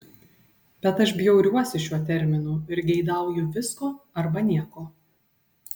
bet aš bjauriuosi šiuo terminu ir geidauju visko arba nieko